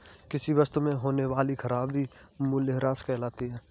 किसी वस्तु में होने वाली खराबी मूल्यह्रास कहलाती है